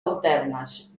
alternes